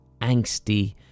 angsty